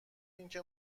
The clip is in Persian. اینکه